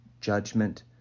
judgment